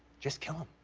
just kill him.